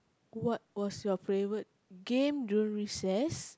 what was your favourite game during recess